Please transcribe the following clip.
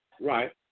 Right